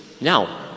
now